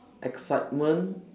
excitement